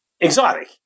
exotic